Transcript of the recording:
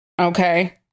Okay